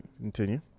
continue